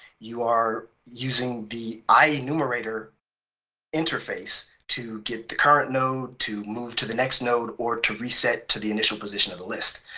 you are using the ienumerator interface to get the current node, to move to the next node, or to reset to the initial position of the list.